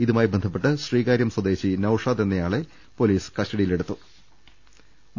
ഇതുമായി ബന്ധപ്പെട്ട് ശ്രീകാര്യം സ്വദേശി നൌഷാദ് എന്നയാളെ പൊലീസ് കസ്റ്റഡിയിലെടുത്തതായി സൂചന യുണ്ട്